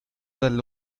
del